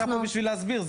אתה פה בשביל להסביר.